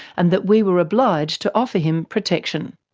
and that we were obliged to offer him protection.